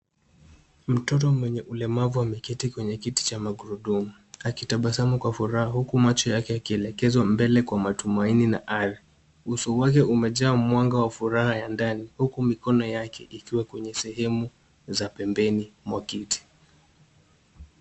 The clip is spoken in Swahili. Mtoto mwenye ulemavu ameketi kwenye kiti cha magurudumu. Akitabasamu kwa furaha huku macho yake yakielekezwa mbele kwa matumaini na ari. Uso wake umejaa mwanga wa furaha ya ndani, huku mikono yake ikiwa kwenye sehemu za pembeni, mwa kiti.